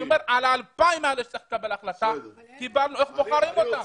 אני מדבר שעל ה-2,000 האלה צריך לקבל החלטה איך בוחרים אותם.